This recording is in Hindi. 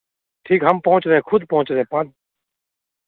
ठीक हम पहुंच रहे खुद पहुंच रहे हम